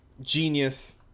genius